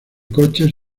coches